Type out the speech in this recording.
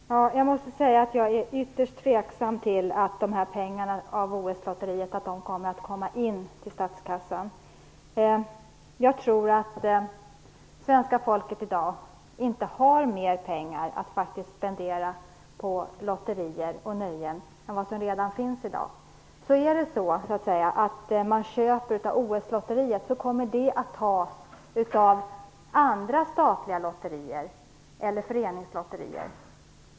Fru talman! Jag måste säga att jag är ytterst tveksam till att pengarna från OS-lotteriet kommer att komma in till statskassan. Jag tror att svenska folket inte har mer pengar att spendera på lotterier och nöjen än vad som redan sker i dag. Om folk kommer att köpa OS-lotter kommer det att ske på bekostnad av andra statliga lotterier eller föreningslotterier.